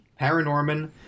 Paranorman